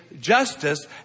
justice